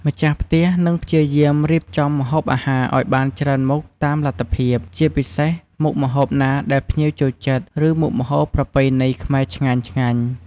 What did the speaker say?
ម្ចាស់ផ្ទះនឹងព្យាយាមរៀបចំម្ហូបអាហារឱ្យបានច្រើនមុខតាមលទ្ធភាព ជាពិសេសមុខម្ហូបណាដែលភ្ញៀវចូលចិត្ត ឬមុខម្ហូបប្រពៃណីខ្មែរឆ្ងាញ់ៗ។